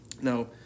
now